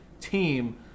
team